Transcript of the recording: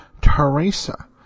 Teresa